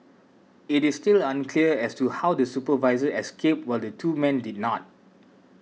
it is still unclear as to how the supervisor escaped while the two dead men did not